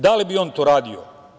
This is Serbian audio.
Da li bi on to radio?